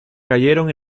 cayeron